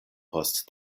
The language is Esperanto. post